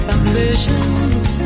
ambitions